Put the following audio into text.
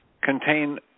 contain